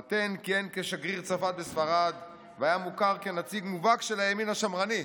פטן כיהן כשגריר צרפת בספרד והיה מוכר כנציג מובהק של הימין השמרני.